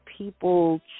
People